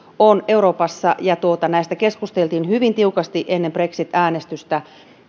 on euroopassa ja näistä keskusteltiin hyvin tiukasti ennen brexit äänestystä